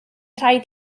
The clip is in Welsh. rhaid